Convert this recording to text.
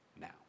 now